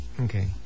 Okay